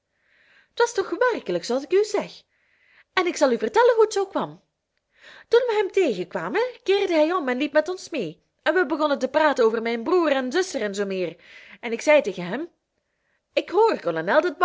t was toch werkelijk zooals ik u zeg en ik zal u vertellen hoe t zoo kwam toen we hem tegenkwamen keerde hij om en liep met ons mee en we begonnen te praten over mijn broer en zuster en zoo meer en ik zei tegen hem ik hoor